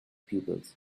pupils